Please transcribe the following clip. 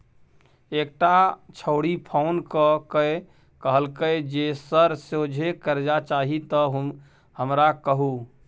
एकटा छौड़ी फोन क कए कहलकै जे सर सोझे करजा चाही त हमरा कहु